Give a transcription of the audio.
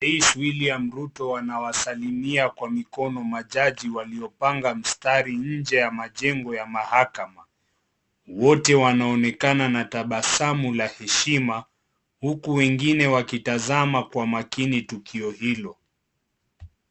Rais William ruto anawasalimia majaji waliopanga mstari nje ya majengo ya mahakama. Wote wanaonekana na tabasamu na heshima huku wengine wakitazama kwa makini tukio hilo.